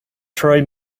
troy